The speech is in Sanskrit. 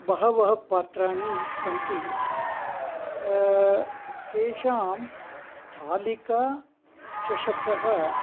बहवः पात्राणि सन्ति तेषां स्थालिका चषकः